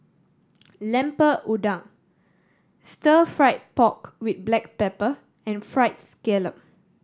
Lemper Udang Stir Fried Pork With Black Pepper and Fried Scallop